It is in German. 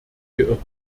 geirrt